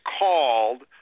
called